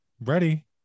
ready